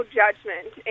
judgment